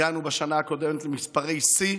הגענו בשנה הקודמת למספרי שיא.